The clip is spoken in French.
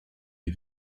les